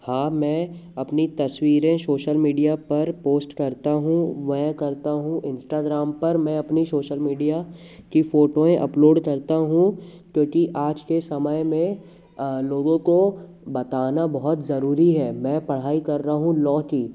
हाँ मैं अपनी तस्वीरें शोशल मीडिया पर पोस्ट करता हूँ मैं करता हूँ इंस्टाग्राम पर मैं अपनी शोशल मीडिया की फ़ोटोऍं अपलोड करता हूँ क्योंकि आज के समय में लोगों को बताना बहुत ज़रूरी है मैं पढ़ाई कर रहा हूँ लॉ की